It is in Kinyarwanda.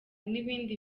n’ibindi